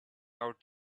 out